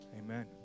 Amen